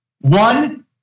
one